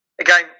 again